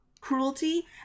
cruelty